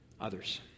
others